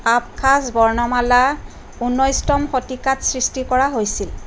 Abkhaz বৰ্ণমালা ঊনৈছতম শতিকাত সৃষ্টি কৰা হৈছিল